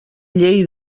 llei